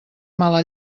mala